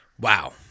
Wow